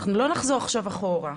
אנחנו לא נחזור עכשיו אחורה.